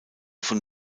von